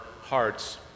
hearts